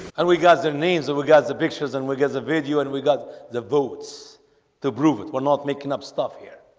and we got there means that we got the pictures and we get the video and we got the votes to prove it. we're not making up stuff here